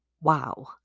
Wow